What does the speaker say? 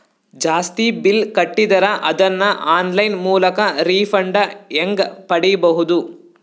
ಜಾಸ್ತಿ ಬಿಲ್ ಕಟ್ಟಿದರ ಅದನ್ನ ಆನ್ಲೈನ್ ಮೂಲಕ ರಿಫಂಡ ಹೆಂಗ್ ಪಡಿಬಹುದು?